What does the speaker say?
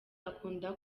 akunda